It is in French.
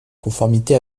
conformité